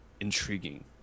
intriguing